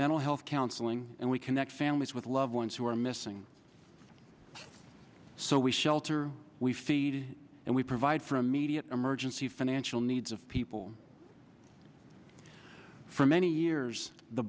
mental health counseling and we connect families with loved ones who are missing so we shelter we feed and we provide for immediate emergency financial needs of people for many years the